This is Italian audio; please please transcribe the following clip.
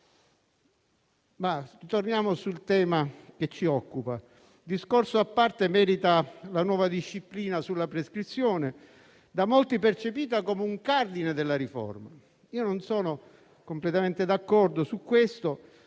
Torniamo però al tema che ci occupa. Discorso a parte merita la nuova disciplina sulla prescrizione, da molti percepita come un cardine della riforma. Non sono completamente d'accordo al riguardo.